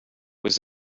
was